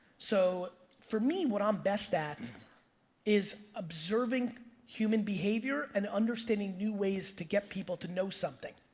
so for me, what i'm best at is observing human behavior and understanding new ways to get people to know something.